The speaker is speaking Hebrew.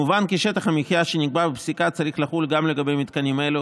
מובן כי שטח המחיה שנקבע בפסיקה צריך לחול גם לגבי מתקנים אלו